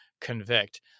convict